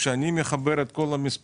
אם אני מחבר את כל המספרים